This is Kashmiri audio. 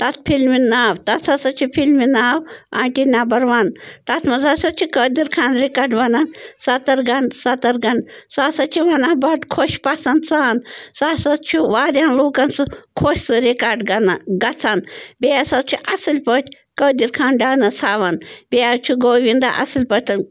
تَتھ فِلمہٕ ناو تَتھ ہَسا چھُ فِلمہٕ ناو آنٛٹی نمبر وَن تَتھ منٛز ہَسا چھِ قٲدِر خان ریکارڈ وَنان سَترگن سَترگن سُہ ہسا چھُ مےٚ بَڈٕ خۄش پسنٛد سان سُہ ہسا چھُ وارِیاہن لوٗکن سُہ خۄش سُہ ریکارڈ گَنان گَژھان بیٚیہِ ہَسا چھُ اَصٕل پٲٹھۍ قٲدِر خان ڈانٕس ہاوان بیٚیہِ حظ چھُ گووِینٛدا اَصٕل پٲٹھٮ۪ن